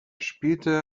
spielte